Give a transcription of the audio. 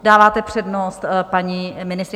Dáváte přednost paní ministryni.